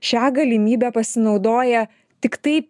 šia galimybe pasinaudoja tiktai